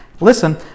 listen